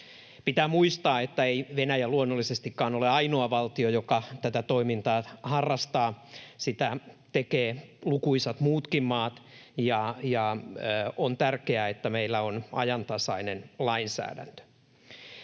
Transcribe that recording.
Pitää muistaa, että ei Venäjä luonnollisestikaan ole ainoa valtio, joka tätä toimintaa harrastaa. Sitä tekevät lukuisat muutkin maat, ja on tärkeää, että meillä on ajantasainen lainsäädäntö.